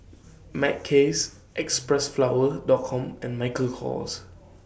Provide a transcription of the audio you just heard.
Mackays Xpressflower Dot Com and Michael Kors